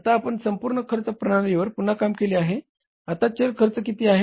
आता आपण संपूर्ण खर्च प्रणालीवर पुन्हा काम केले आहे आता चल खर्च किती आहे